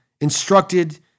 instructed